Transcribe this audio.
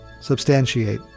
substantiate